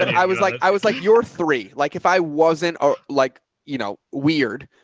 and i was like i was like, your three. like if i wasn't ah like, you know, weird,